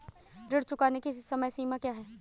ऋण चुकाने की समय सीमा क्या है?